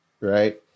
right